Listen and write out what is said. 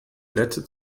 glätte